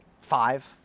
five